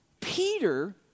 Peter